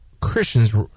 Christians